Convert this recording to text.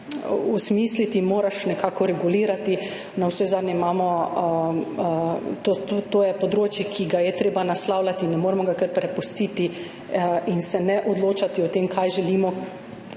osmisliti, moraš nekako regulirati, navsezadnje je to področje, ki ga je treba naslavljati in ne moremo ga kar prepustiti in se ne odločati o tem, kaj želimo